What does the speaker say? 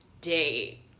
date